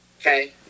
Okay